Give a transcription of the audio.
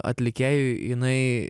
atlikėjui jinai